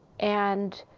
and